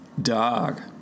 Dog